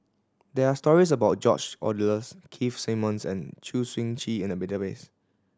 there are stories about George Oehlers Keith Simmons and Choo Seng Quee in the database